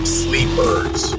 sleepers